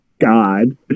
God